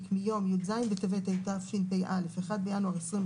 מיום י"ז בטבת התשפ"א (1 בינואר 2021)